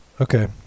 Okay